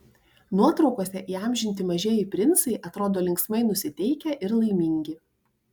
nuotraukose įamžinti mažieji princai atrodo linksmai nusiteikę ir laimingi